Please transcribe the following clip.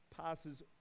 passes